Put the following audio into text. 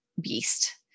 beast